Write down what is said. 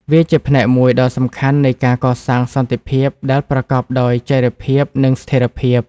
វាជាផ្នែកមួយដ៏សំខាន់នៃការកសាងសន្តិភាពដែលប្រកបដោយចីរភាព និងស្ថិរភាព។